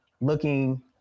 looking